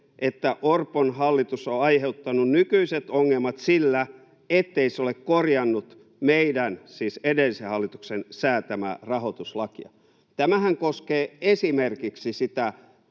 että Orpon hallitus on aiheuttanut nykyiset ongelmat sillä, ettei se ole korjannut meidän, siis edellisen hallituksen, säätämää rahoituslakia. Tämähän koskee esimerkiksi sitä